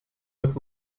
with